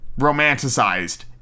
romanticized